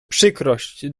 przykrość